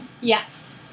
Yes